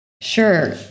Sure